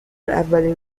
اولین